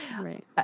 right